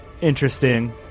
interesting